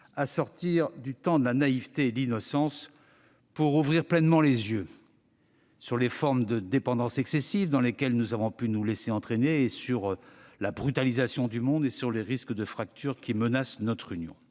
à sortir du temps de la naïveté et de l'innocence pour ouvrir pleinement les yeux sur les formes de dépendance excessive dans lesquelles nous avons pu nous laisser entraîner, sur la brutalisation du monde et sur les risques de fracture menaçant notre Union.